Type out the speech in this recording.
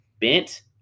bent